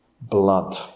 blood